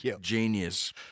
genius